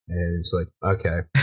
was like, okay.